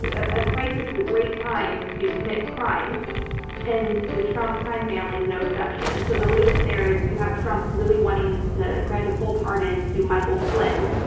ah a crisis is a great time to commit crimes and the trump crime family is no exception. so the latest there is you have trump really wanting to grant a full pardon to michael flynn,